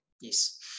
Yes